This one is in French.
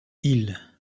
île